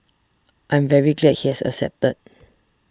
I'm very glad he has accepted